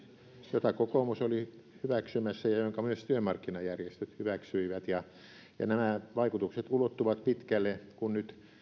jota kokoomus oli hyväksymässä ja jonka myös työmarkkinajärjestöt hyväksyivät ja nämä vaikutukset ulottuvat pitkälle kun nyt